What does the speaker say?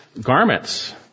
garments